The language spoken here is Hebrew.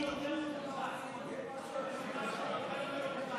נביא משהו יותר מאוזן.